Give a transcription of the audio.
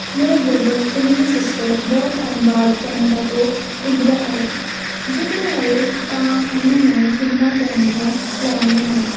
ਮੇਰਾ ਬ੍ਰਦਰ ਅਤੇ ਮੇਰੀ ਸਿਸਟਰ ਬਹੁਤ ਟਾਈਮ ਬਾਅਦ ਕੈਨੇਡਾ ਤੋਂ ਇੰਡੀਆ ਆਏ ਜਦੋਂ ਉਹ ਆਏ ਤਾਂ ਉਹਨਾਂ ਨੇ ਸ਼ਿਮਲਾ ਜਾਣ ਦਾ ਪਲੈਨ ਬਣਾਇਆ